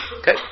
okay